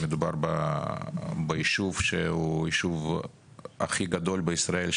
מדובר ביישוב הכי גדול בישראל,